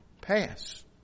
pass